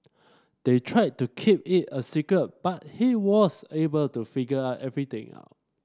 they tried to keep it a secret but he was able to figure everything out